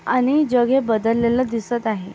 आणि जग हे बदललेलं दिसत आहे